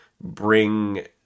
bring